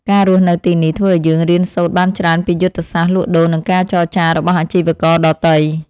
ការរស់នៅទីនេះធ្វើឱ្យយើងរៀនសូត្របានច្រើនពីយុទ្ធសាស្ត្រលក់ដូរនិងការចរចារបស់អាជីវករដទៃ។